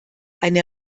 eine